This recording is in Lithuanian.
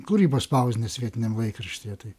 kūrybos spausdinęs vietiniam laikraštyje tai